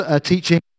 Teaching